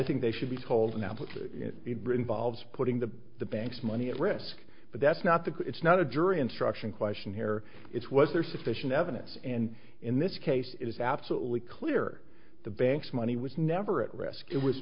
think they should be told now put britain volves putting the the banks money at risk but that's not the it's not a jury instruction question here is was there sufficient evidence and in this case it is absolutely clear the bank's money was never at risk it was